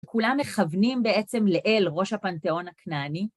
כולם מכוונים בעצם לאל ראש הפנתיאון הכנעני.